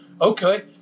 Okay